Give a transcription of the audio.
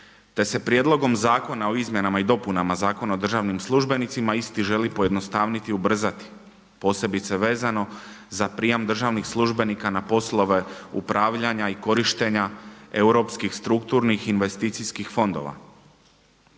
te se Prijedlogom zakona o izmjenama i dopunama Zakona o državnim službenicima isti želi pojednostaviti i ubrzati posebice vezano za prijam državnih službenika na poslove upravljanja i korištenja europskih strukturnih investicijskih fondova